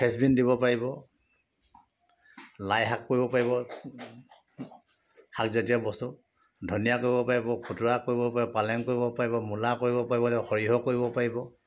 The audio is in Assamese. ফেন্সবিন দিব পাৰিব লাইশাক কৰিব পাৰিব শাকজাতীয় বস্তু ধনীয়া কৰিব পাৰিব খুতৰা কৰিব পাৰিব পালেং কৰিব পাৰিব মূলা কৰিব পাৰিব সৰিয়হ কৰিব পাৰিব